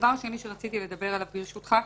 דבר שני שרציתי לדבר עליו, ברשותך,